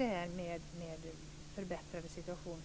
Situationen måste också förbättras